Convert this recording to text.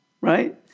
right